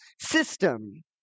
system